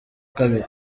kabiri